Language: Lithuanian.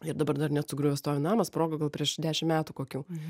ir dabar dar net sugriuvęs stovi namas sprogo gal prieš dešimt metų kokių